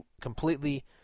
completely